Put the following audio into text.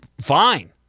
fine